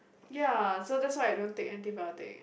ya so that's why I don't take antibiotic